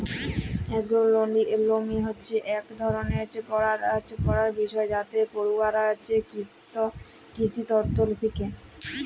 এগ্রোলমি হছে ইক ধরলের পড়ার বিষয় যাতে পড়ুয়ারা কিসিতত্ত শিখে